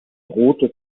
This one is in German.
rote